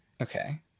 Okay